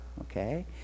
okay